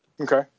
Okay